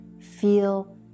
feel